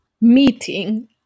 meeting